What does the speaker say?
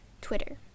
Twitter